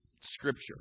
Scripture